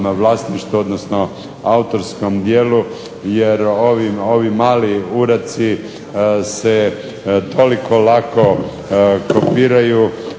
vlasništvu, odnosno autorskom djelu. Jer ovi mali uradci se toliko lako kopiraju